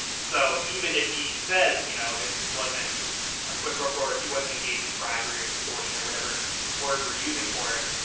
so even if he says, you know, that it wasn't a quid pro quo, he wasn't engage in bribery, extortion or whatever word we're using for it.